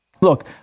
Look